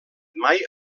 mai